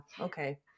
Okay